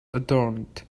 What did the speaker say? adorned